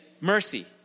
mercy